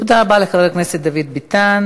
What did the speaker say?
תודה רבה לחבר הכנסת דוד ביטן.